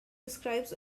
describes